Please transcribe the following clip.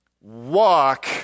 Walk